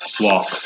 walk